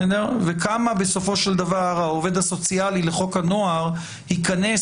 כמה בסופו של דבר העובד הסוציאלי לחוק הנוער ייכנס